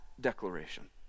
declaration